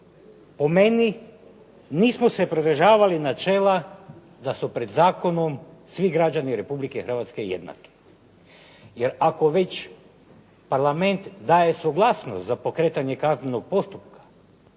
po meni, nismo se pridržavali načela da su pred zakonom svi građani Republike Hrvatske jednaki. Jer ako već Parlament daje suglasnost za pokretanje kaznenog postupka,